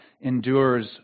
endures